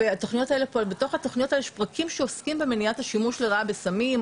ובתוך התוכניות יש פרקים שעוסקים במניעת השימוש לרעה בסמים,